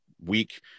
week